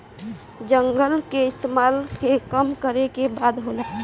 जंगल के इस्तेमाल के कम करे के बात होता